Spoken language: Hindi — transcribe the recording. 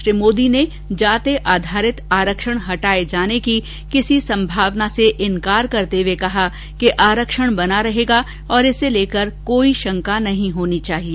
श्री मोदी ने जाति आधारित आरक्षण हटाये जाने की किसी संभावना से इनकार करते हुए कहा कि आरक्षण बना रहेगा और इसे लेकर कोई शंका नहीं होनी चाहिए